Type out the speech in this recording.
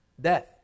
Death